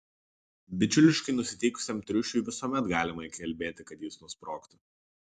bičiuliškai nusiteikusiam triušiui visuomet galima įkalbėti kad jis nusprogtų